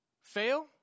fail